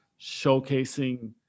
showcasing